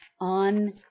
on